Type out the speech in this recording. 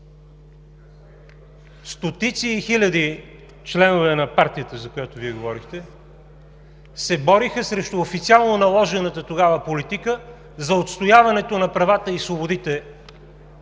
Стотици хиляди членове на партията, за която Вие говорихте, се бориха срещу официално наложената тогава политика за отстояването на правата и свободите